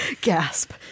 Gasp